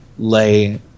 lay